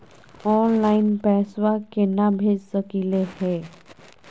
Online पैसवा केना भेज सकली हे?